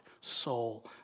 soul